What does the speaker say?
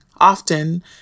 Often